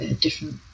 different